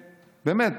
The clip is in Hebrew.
באמת,